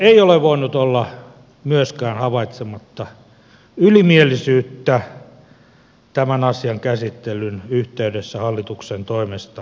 ei ole voinut olla myöskään havaitsematta ylimielisyyttä tämän asian käsittelyn yhteydessä hallituksen toimesta